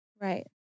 Right